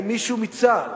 אם מישהו מצה"ל,